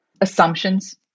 Assumptions